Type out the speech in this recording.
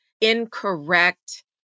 incorrect